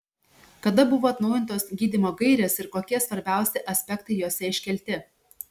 kada buvo atnaujintos gydymo gairės ir kokie svarbiausi aspektai jose iškelti